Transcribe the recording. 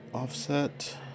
Offset